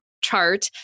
chart